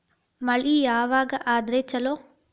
ಮಳಿ ಯಾವಾಗ ಆದರೆ ಛಲೋ?